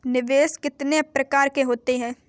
निवेश कितने प्रकार के होते हैं?